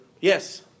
Yes